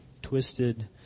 twisted